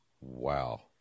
Wow